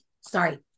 sorry